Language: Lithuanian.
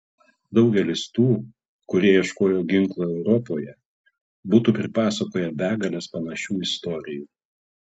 daugelis tų kurie ieškojo ginklų europoje būtų pripasakoję begales panašių istorijų